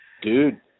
Dude